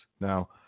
now